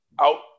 out